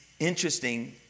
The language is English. Interesting